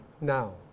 now